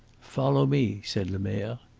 follow me, said lemerre.